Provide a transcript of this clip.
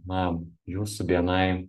na jūsų bni